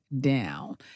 down